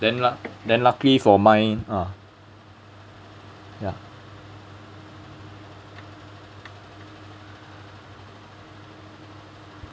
then luc~ then luckily for mine ah ya